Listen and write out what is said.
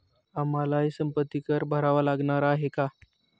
आम्हालाही संपत्ती कर भरावा लागणार आहे का?